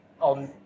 on